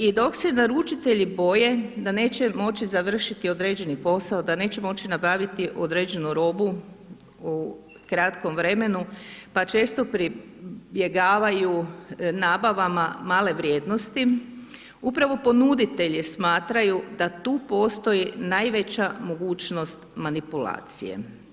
I dok se naručitelji boje da neće moći završiti određeni posao, da neće moći nabaviti određenu robu u kratkom vremenu pa često pribjegavaju nabavama male vrijednosti, upravo ponuditelji smatraju da tu postoji najveća mogućnost manipulacije.